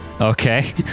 Okay